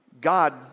God